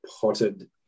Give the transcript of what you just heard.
potted